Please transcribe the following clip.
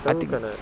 I think